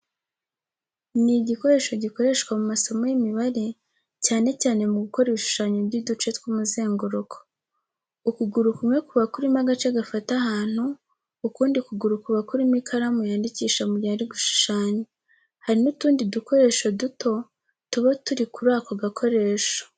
Ni igikoresho gikoreshwa mu masomo y'imibare cyane cyane mu gukora ibishushanyo by’uduce tw’umuzenguruko. Ukuguru kumwe kuba kurimo agace gafata ahantu, ukundi kuguru kuba kurimo ikaramu yandikisha mu gihe ari gushushanya. Hari n’utundi dukoresho duto tuba turi kuri ako gakoresho.